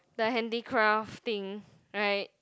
the handicraft thing right